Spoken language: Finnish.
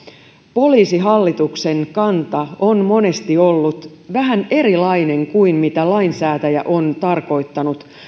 poliisihallituksen kanta on monesti ollut vähän erilainen kuin mitä lainsäätäjä on tarkoittanut